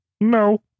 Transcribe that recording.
No